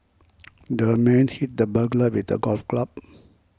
the man hit the burglar with a golf club